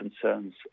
concerns